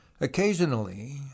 Occasionally